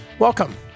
Welcome